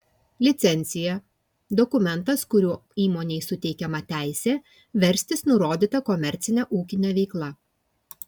licencija dokumentas kuriuo įmonei suteikiama teisė verstis nurodyta komercine ūkine veikla